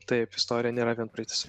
taip istorija nėra vien praeitis